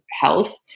health